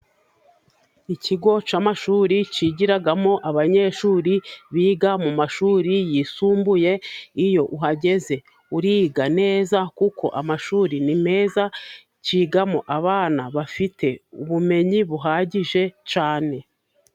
Ikigo cy'amashuri cyigiramo abanyeshuri biga mu mashuri yisumbuye. Iyo uhageze uriga neza kuko amashuri ni meza cyigamo abana bafite ubumenyi buhagije cyane.